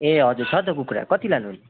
ए हजुर छ त कुखुरा कति लानु हुने